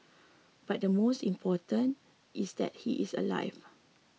but the most important is that he is alive